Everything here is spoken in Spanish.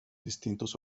distintos